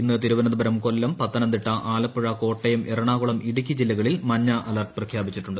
ഇന്ന് തിരുവനന്തപുരം കൊല്ലം പത്തനംതിട്ട ആലപ്പുഴ കോട്ടയം എറണാകുളം ഇടുക്കി ജില്ലകളിൽ മഞ്ഞ അലർട്ട് പ്രഖ്യാപിച്ചിട്ടുണ്ട്